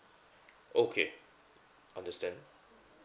okay understand